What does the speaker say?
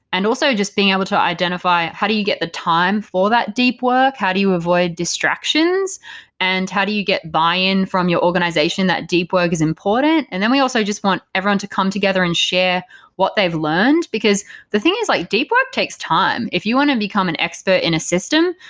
and also, just being able to identify how do you get the time for that deep work? how do you avoid distractions and how do you get buy-in from your organization that deep work is important? and then we also just want everyone to come together and share what they've learned, because the thing is like deep work takes time. if you want to become an expert in a system,